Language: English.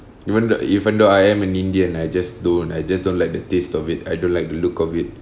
even the even though I am an indian I just don't I just don't like the taste of it I don't like the look of it